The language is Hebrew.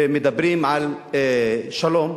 מדברים על שלום.